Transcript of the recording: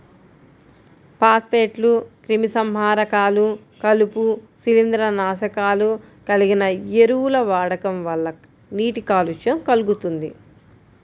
ఫాస్ఫేట్లు, క్రిమిసంహారకాలు, కలుపు, శిలీంద్రనాశకాలు కలిగిన ఎరువుల వాడకం వల్ల నీటి కాలుష్యం కల్గుతుంది